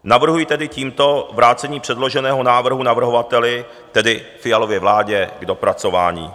Navrhuji tedy tímto vrácení předloženého návrhu navrhovateli, tedy Fialově vládě, k dopracování.